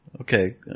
okay